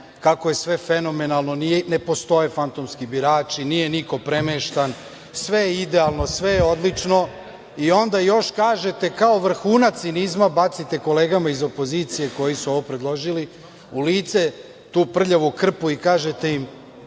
kako je sve fenomenalno, ne postoje fantomski birači, nije niko premeštan, sve je idealno, sve je odlično i onda još kažete kao vrhunac cinizma, bacite kolegama iz opozicije koji su ovo predložili u lice tu prljavu krpu i kažete im